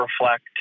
reflect